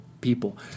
people